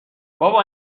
بابا